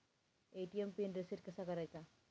ATM pin reset कसा करायचा?